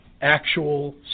actual